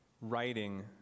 writing